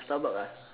Starbucks uh